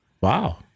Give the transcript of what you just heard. Wow